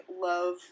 love